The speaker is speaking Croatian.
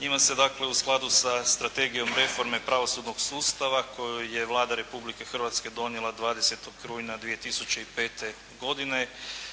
Njima se dakle u skladu sa Strategijom reforme pravosudnog sustava koju je Vlada Republike Hrvatske donijela 20. rujna 2005. godine,